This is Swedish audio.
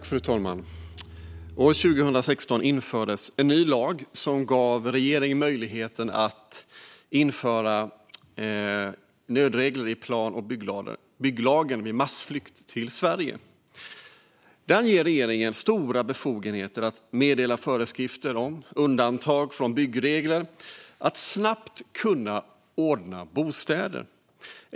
Fru talman! År 2016 infördes en ny lag som gav regeringen möjlighet att införa nödregler i plan och bygglagen vid massflykt till Sverige. Den ger regeringen stora befogenheter att meddela föreskrifter om undantag från byggregler för att snabbt kunna ordna bostäder.